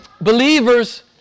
believers